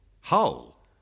Hull